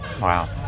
Wow